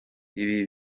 ibi